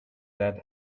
that